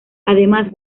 además